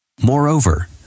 Moreover